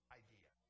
idea